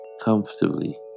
comfortably